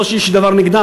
לא שיש לי דבר נגדם,